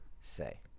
say